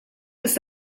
ist